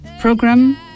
program